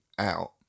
out